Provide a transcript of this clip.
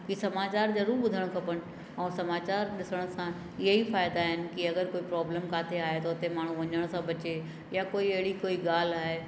की समाचार ज़रूरु ॿुधणु खपनि ऐं समाचार ॾिसण सां इहे ई फ़ाइदा आहिनि की अगरि कोई प्रॉब्लम किथे आहे त उते माण्हू वञण सां बचे या कोई अहिड़ी कोई ॻाल्हि आहे